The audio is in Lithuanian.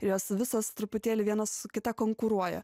ir jos visos truputėlį viena su kita konkuruoja